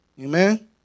Amen